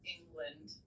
England